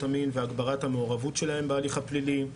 המין והגברת המעורבות שלהם בהליך הפלילי,